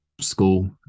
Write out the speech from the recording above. school